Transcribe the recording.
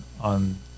on